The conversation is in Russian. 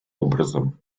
образом